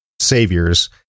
saviors